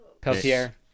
Peltier